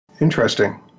Interesting